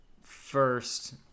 first